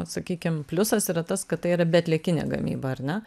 sakykim pliusas yra tas kad tai yra beatliekinė gamyba ar ne